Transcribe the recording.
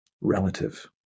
relative